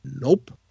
Nope